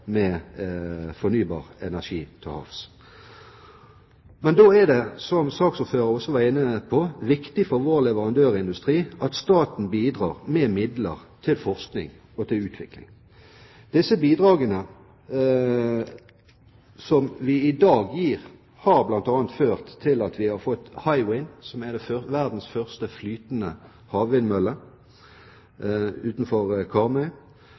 med fornybar energi til havs. Men da er det, som saksordføreren også var inne på, viktig for vår leverandørindustri at staten bidrar med midler til forskning og utvikling. De bidragene som gis i dag, har bl.a. ført til at vi har fått Hywind utenfor Karmøy, som er verdens første flytende havvindmølle.